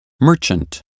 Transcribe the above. merchant